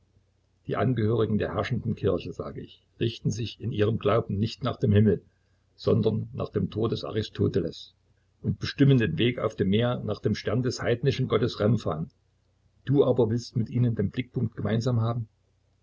die angehörigen der herrschenden kirche sage ich richten sich in ihrem glauben nicht nach dem himmel sondern nach dem tor des aristoteles und bestimmen den weg auf dem meere nach dem stern des heidnischen gottes remphan du aber willst mit ihnen den blickpunkt gemeinsam haben